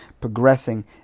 progressing